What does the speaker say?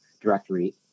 directory